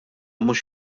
mhux